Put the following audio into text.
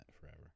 forever